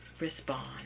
respond